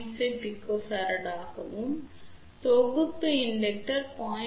5 pF ஆகவும் தொகுப்பு தூண்டல் 0